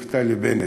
נפתלי בנט,